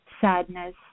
sadness